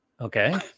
okay